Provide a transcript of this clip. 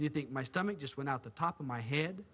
you think my stomach just went out the top of my head